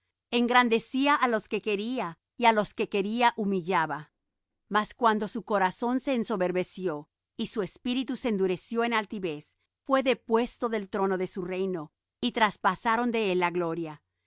quería engrandecía á los que quería y á los que quería humillaba mas cuando su corazón se ensoberbeció y su espíritu se endureció en altivez fué depuesto del trono de su reino y traspasaron de él la gloria